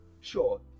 sure